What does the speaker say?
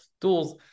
tools